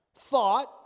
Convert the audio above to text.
thought